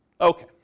Okay